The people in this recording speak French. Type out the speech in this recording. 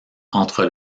entre